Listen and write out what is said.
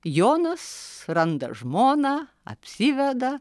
jonas randa žmoną apsiveda